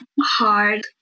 hard